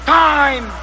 time